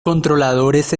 controladores